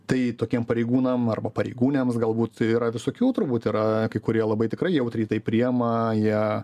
tai tokiem pareigūnam arba pareigūnėms galbūt yra visokių turbūt yra kai kurie labai tikrai jautriai tai priima jie